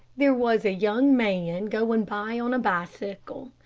there was a young man going by on a bicycle.